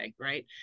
Right